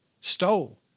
stole